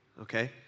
okay